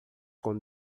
com